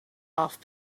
off